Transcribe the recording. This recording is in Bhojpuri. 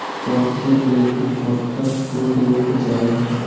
कब से लेके कब तक फुल देवे के चाही?